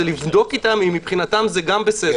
לבדוק איתם אם מבחינתם זה גם בסדר.